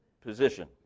position